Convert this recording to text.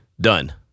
done